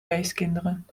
weeskinderen